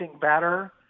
better